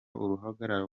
uruhagarara